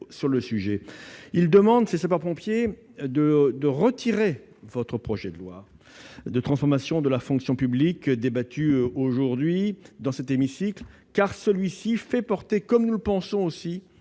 collègue Loïc Hervé. Ces sapeurs-pompiers demandent le retrait de votre projet de loi de transformation de la fonction publique, débattu aujourd'hui dans cet hémicycle, car celui-ci fait porter, comme nous le pensons aussi,